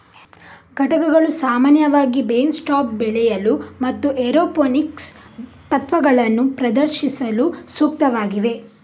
ಘಟಕಗಳು ಸಾಮಾನ್ಯವಾಗಿ bench top ಬೆಳೆಯಲು ಮತ್ತು ಏರೋಪೋನಿಕ್ಸ್ ತತ್ವಗಳನ್ನು ಪ್ರದರ್ಶಿಸಲು ಸೂಕ್ತವಾಗಿವೆ